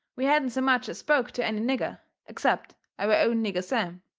we hadn't so much as spoke to any nigger, except our own nigger sam,